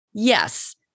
Yes